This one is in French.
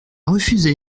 refusé